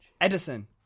Edison